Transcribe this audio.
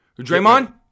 Draymond